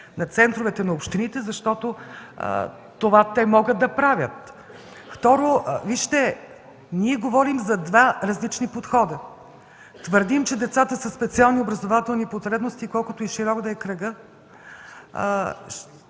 на центровете на общините, защото те това могат да правят. Второ, ние говорим за два различни подхода. Твърдим, че децата със специални образователни потребности, колкото и широк да е кръгът,